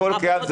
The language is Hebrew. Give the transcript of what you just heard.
הכל קיים,